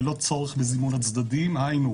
ללא צורך בזימון הצדדים; היינו,